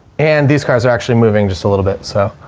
and these cars are actually moving just a little bit. so,